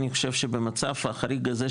אני חושב שבמצב החריג הזה,